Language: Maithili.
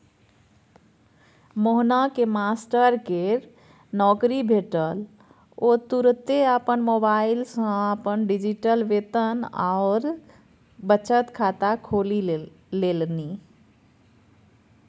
मोहनकेँ मास्टरकेर नौकरी भेटल ओ तुरते अपन मोबाइल सँ अपन डिजिटल वेतन आओर बचत खाता खोलि लेलनि